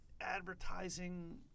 advertising